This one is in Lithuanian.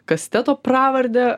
kasteto pravarde